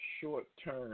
short-term